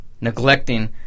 neglecting